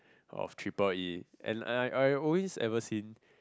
of triple E and I I always ever seen